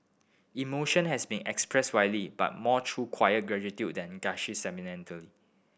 emotion has been expressed widely but more through quiet gratitude than gushy sentimentality